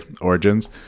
Origins